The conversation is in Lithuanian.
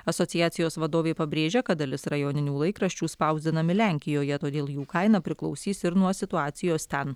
asociacijos vadovė pabrėžia kad dalis rajoninių laikraščių spausdinami lenkijoje todėl jų kaina priklausys ir nuo situacijos ten